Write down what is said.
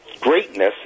greatness